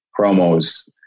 promos